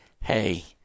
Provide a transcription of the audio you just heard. Hey